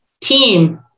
team